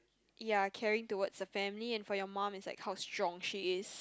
ya caring towards the family and for your mum is like how strong she is